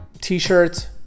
T-shirts